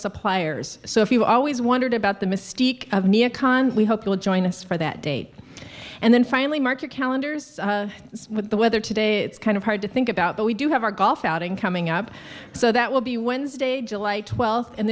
suppliers so if you've always wondered about the mystique of neo con we hope you'll join us for that date and then finally mark your calendars with the weather today it's kind of hard to think about but we do have our golf outing coming up so that will be wednesday july twelfth and